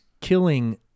killing